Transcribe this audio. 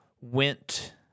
went